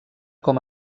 com